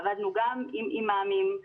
עבדנו גם עם אימאמים,